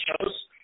shows